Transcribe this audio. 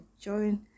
join